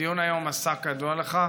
הדיון היום עסק, כידוע לך,